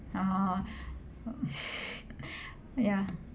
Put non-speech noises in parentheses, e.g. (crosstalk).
ah (laughs) ya